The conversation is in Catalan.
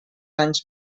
anys